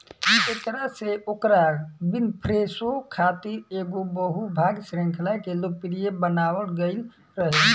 एकरा से Oprah Winfrey show खातिर एगो बहु भाग श्रृंखला के लोकप्रिय बनावल गईल रहे